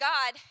God